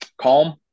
calm